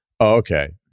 Okay